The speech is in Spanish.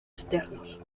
externos